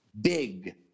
big